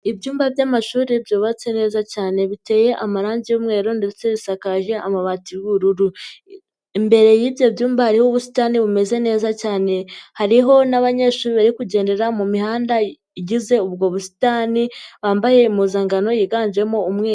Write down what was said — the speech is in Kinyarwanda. Ibyumba by'amashuri byubatse neza cyane biteye amarangi y'umweru ndetse bisakaje amabati y'ubururu, imbere y'ibyo byumba hariho ubusitani bumeze neza cyane hariho n'abanyeshuri bari kugendera mu mihanda igize ubwo busitani bambaye impuzankano yiganjemo umweru.